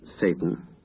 Satan